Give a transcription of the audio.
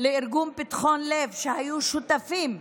לארגון פתחון לב, שאנשיו היו שותפים,